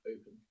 open